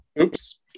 Oops